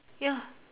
ya